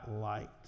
light